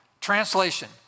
Translation